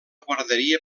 guarderia